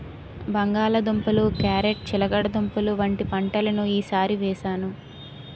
బంగాళ దుంపలు, క్యారేట్ చిలకడదుంపలు వంటి పంటలను ఈ సారి వేసాను